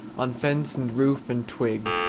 on fence and roof and twig.